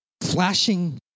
flashing